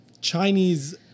Chinese